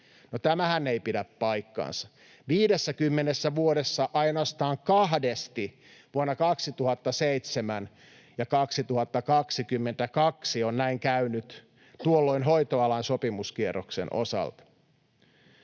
tämähän ei pidä paikkaansa. 50 vuodessa ainoastaan kahdesti, vuonna 2007 ja 2022, on näin käynyt, tuolloin hoitoalan sopimuskierroksen osalta.